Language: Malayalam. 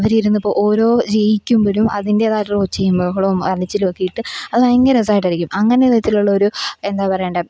അവരിരുന്നിപ്പോൾ ഓരോ ജയിക്കുമ്പോഴും അതിന്റെതായിട്ടുള്ള ഒച്ചയും ബഹളവും അലച്ചിലും ഒക്കെയായിട്ട് അത് ഭയങ്കര രസമായിട്ടായിരിക്കും അങ്ങനെ വിധത്തിലുള്ള ഒരു എന്താ പറയേണ്ടേ